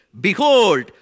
Behold